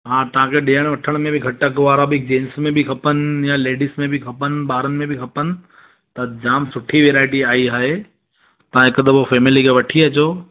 हा तव्हांखे ॾियणु वठण में बि घटि वारा बि जेन्स में बि खपनि या लेडिस में बि खपनि ॿारनि में बि खपनि त जाम सुठी वेराएटी आईं आहे तव्हां हिक दफ़ो फेमिलीअ खे वठी अचो